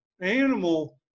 animal